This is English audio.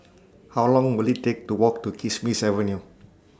How Long Will IT Take to Walk to Kismis Avenue